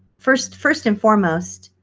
first first and foremost,